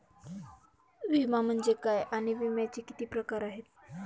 विमा म्हणजे काय आणि विम्याचे किती प्रकार आहेत?